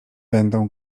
będą